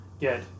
get